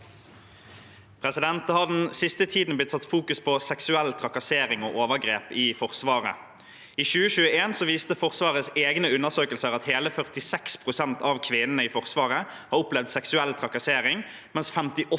Det har den siste tiden blitt satt fokus på seksuell trakassering og overgrep i Forsvaret. I 2021 viste Forsvarets egne undersøkelser at hele 46 pst. av kvinnene i Forsvaret hadde opplevd seksuell trakassering, mens 58 pst.